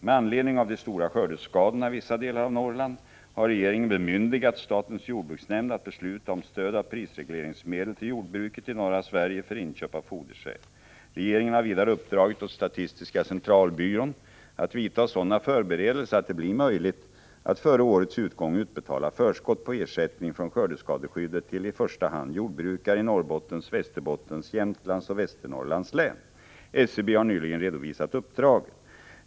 Med anledning av de stora skördeskadorna i vissa delar av Norrland har regeringen bemyndigat statens jordbruksnämnd att besluta om stöd av prisregleringsmedel till jordbruket i norra Sverige för inköp av fodersäd. Regeringen har vidare uppdragit åt statistiska centralbyrån att vidta sådana förberedelser att det blir möjligt att före årets utgång utbetala förskott på ersättning från skördeskadeskyddet till i första hand jordbrukare i Norrbottens län, Västerbottens län, Jämtlands län och Västernorrlands län. SCB har nyligen redovisat uppdraget.